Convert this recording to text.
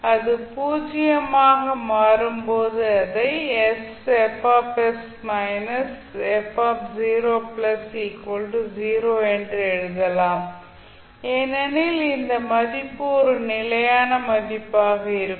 அது பூஜ்ஜியமாக மாறும் போது அதை என்று எழுதலாம் ஏனெனில் இந்த மதிப்பு ஒரு நிலையான மதிப்பாக இருக்கும்